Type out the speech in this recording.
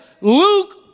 Luke